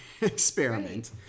experiment